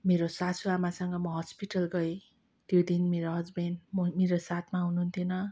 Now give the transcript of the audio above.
मेरो सासु आमासँग म हस्पिटल गएँ त्यो दिन मेरो हसबेन्ड म मेरो साथमा हुनुहुन्थेन